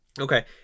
Okay